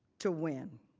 to win.